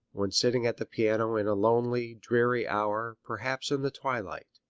when sitting at the piano in a lonely, dreary hour, perhaps in the twilight.